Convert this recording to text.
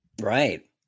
Right